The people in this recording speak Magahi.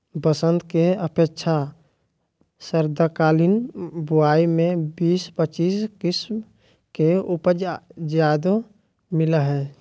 बसंत के अपेक्षा शरदकालीन बुवाई में बीस पच्चीस किस्म के उपज ज्यादे मिलय हइ